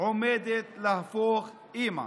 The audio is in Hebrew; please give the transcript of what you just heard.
עומדת להפוך אימא.